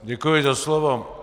Děkuji za slovo.